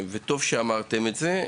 לכן טוב שאמרתם את זה,